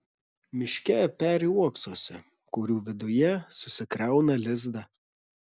miške peri uoksuose kurių viduje susikrauna lizdą